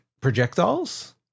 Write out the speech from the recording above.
projectiles